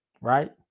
right